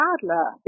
Adler